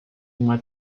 uma